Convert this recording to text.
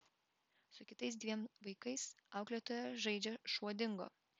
su kitais dviem vaikais auklėtoja žaidžia šuo dingo